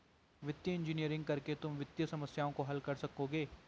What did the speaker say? वित्तीय इंजीनियरिंग करके तुम वित्तीय समस्याओं को हल कर सकोगे